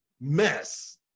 mess